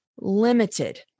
limited